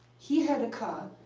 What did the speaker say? he had a car,